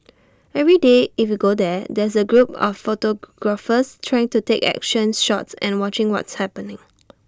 every day if you go there there's A group of photographers trying to take action shots and watching what's happening